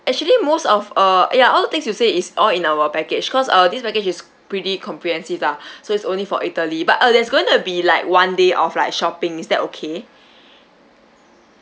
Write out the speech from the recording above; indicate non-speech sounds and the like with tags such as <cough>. actually most of uh ya all things you say is all in our package cause our this package is pretty comprehensive lah <breath> so it's only for italy but uh there's going to be like one day of like shopping is that okay